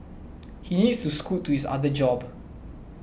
he needs to scoot to his other job